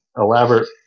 elaborate